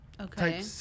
Okay